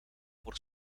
por